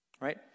Right